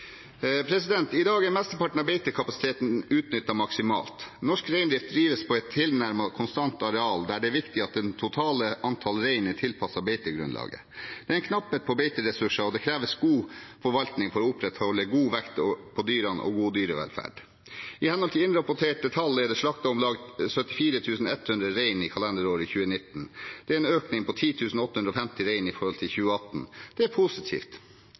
I dag er mesteparten av beitekapasiteten utnyttet maksimalt. Norsk reindrift drives på et tilnærmet konstant areal der det er viktig at det totale antallet rein er tilpasset beitegrunnlaget. Det er knapphet på beiteressurser, og det kreves god forvaltning for å opprettholde god vekt på dyrene og god dyrevelferd. I henhold til innrapporterte tall er det slaktet om lag 74 100 rein i kalenderåret 2019. Dette er en økning på 10 850 rein i forhold til 2018. Det er positivt.